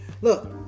Look